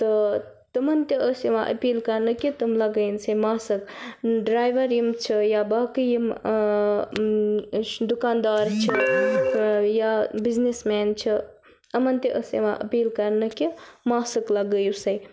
تہٕ تِمَن تہِ ٲسۍ یِوان أپیٖل کَرنہٕ کہِ تِم لَگٲوِن سا ماسٕک ڈرٛایوَر یِم چھِ یا باقٕے یِم دُکانٛدار چھِ یا بِزنٮ۪س مین چھِ یِمَن تہِ ٲسۍ یوان أپیٖل کَرنہٕ کہِ ماسٕک لَگٲوِو سا